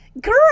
girl